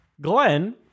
Glenn